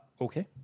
Okay